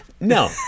no